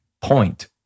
point